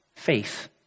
faith